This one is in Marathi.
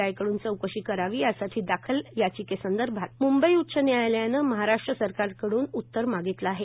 आय कडून चौकशी करावी यासाठी दाखल याचिकेसंबंधात मुंबई उच्च न्यायालयानं महाराष्ट्र सरकारकडून उतर मागितलं आहे